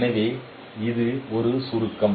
எனவே இது ஒரு சுருக்கம்